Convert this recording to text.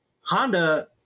Honda